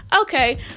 Okay